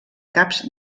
caps